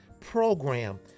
program